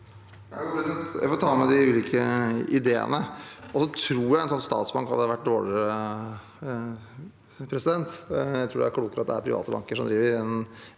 Jeg får ta med de ulike ideene. Så tror jeg at en statsbank hadde vært dårligere. Jeg tror det er klokere at det er private banker som driver enn